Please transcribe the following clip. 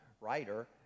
writer